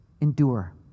Endure